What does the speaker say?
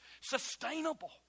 sustainable